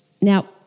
Now